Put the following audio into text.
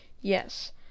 Yes